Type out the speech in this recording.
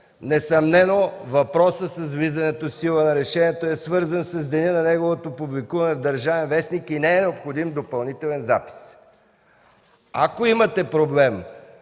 Несъмнено въпросът с влизането в сила на решението е свързан с деня на неговото публикуване в “Държавен вестник” и не е необходим допълнителен запис. Ако имате проблем